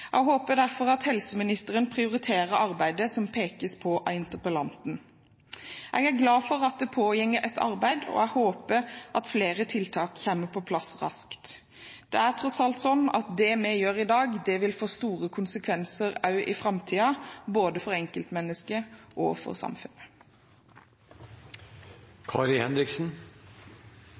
Jeg håper derfor at helseministeren prioriterer arbeidet som pekes på av interpellanten. Jeg er glad for at det pågår et arbeid, og jeg håper at flere tiltak kommer på plass raskt. Det er tross alt slik at det vi gjør i dag, vil få store konsekvenser også i framtiden, både for enkeltmennesket og for